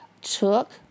took